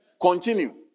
Continue